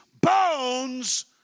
bones